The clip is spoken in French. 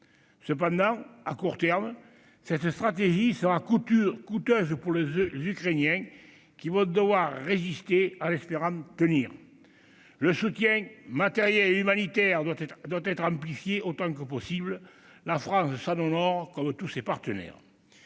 Cependant, à court terme, cette stratégie sera coûteuse pour les Ukrainiens, qui vont devoir résister en espérant tenir. Le soutien matériel et humanitaire doit être amplifié autant que possible. La France s'en honore, comme tous ses partenaires.